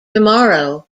tomorrow